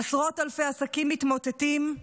עשרות אלפי עסקים מתמוטטים,